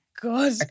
God